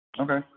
Okay